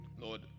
Lord